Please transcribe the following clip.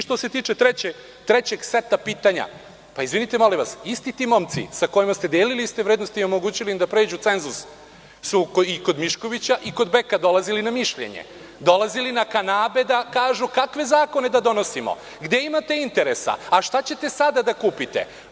Što se tiče trećeg seta pitanja, pa izvinite, molim vas, isti ti momci sa kojima ste delili iste vrednosti i omogućili im da pređu cenzus su i kod Miškovića i kod Beka dolazili na mišljenje, dolazili na kanabe da kažu kakve zakone da donosimo – gde imate interesa, a šta ćete sada da kupite?